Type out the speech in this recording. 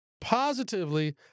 positively